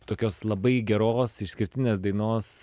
tokios labai geros išskirtinės dainos